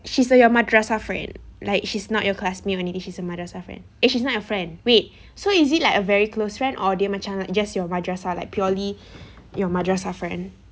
she's you a your madrasah friend like she's not your classmate or anything she's a madrasah friend eh she's not your friend wait so is it like a very close friend or they macam like just your madrasah like purely your madrasah friend